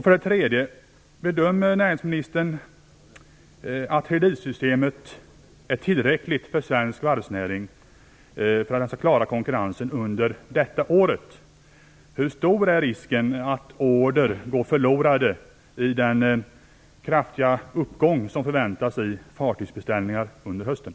För det tredje: Bedömer näringsministern att kreditsystemet är tillräckligt för svensk varvsnäring för att klara konkurrensen under detta året? Hur stor är risken att order går förlorade i den kraftiga uppgång som förväntas i fartygsbeställningar under hösten?